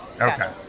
Okay